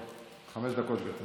חמש דקות, גברתי.